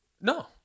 No